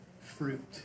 fruit